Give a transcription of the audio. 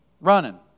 Running